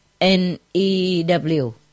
N-E-W